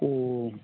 ഓ